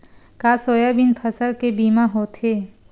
का सोयाबीन फसल के बीमा होथे?